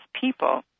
people